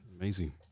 amazing